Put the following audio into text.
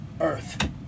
earth